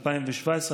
2017,